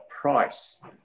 price